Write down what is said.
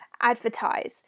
advertise